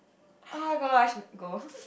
oh-my-gosh go